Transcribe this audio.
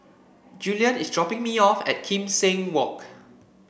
Juliann is dropping me off at Kim Seng Walk